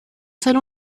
solo